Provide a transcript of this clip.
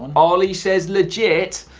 ollie says legit,